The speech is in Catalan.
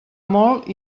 molt